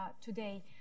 today